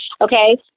Okay